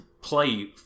play